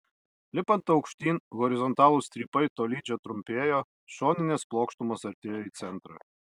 lipant aukštyn horizontalūs strypai tolydžio trumpėjo šoninės plokštumos artėjo į centrą